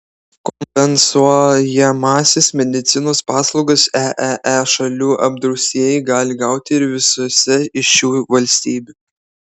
kompensuojamąsias medicinos paslaugas eee šalių apdraustieji gali gauti ir visose iš šių valstybių